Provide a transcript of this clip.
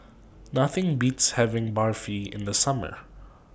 Nothing Beats having Barfi in The Summer